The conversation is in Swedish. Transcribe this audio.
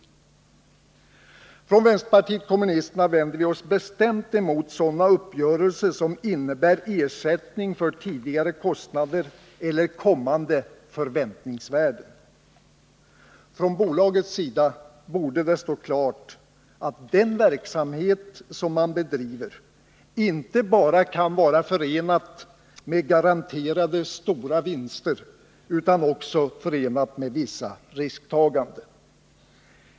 Från vänsterpartiet kommunisterna vänder vi oss bestämt emot sådana uppgörelser som innebär ersättning för tidigare kostnader eller för rena förräntningsvärden. För bolaget borde det stå klart att den verksamhet som det bedriver inte bara kan vara förenad med garanterade stora vinster utan också med vissa risktaganden.